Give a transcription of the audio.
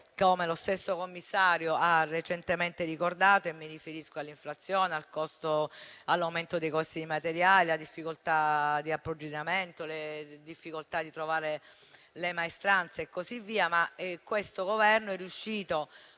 come lo stesso commissario ha recentemente ricordato, e mi riferisco all'inflazione, all'aumento dei costi dei materiali, alle difficoltà di approvvigionamento, alle difficoltà di trovare le maestranze e così via - questo Governo è riuscito,